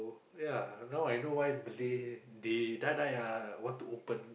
ya now I know why Malay they die die ah want to open